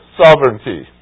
sovereignty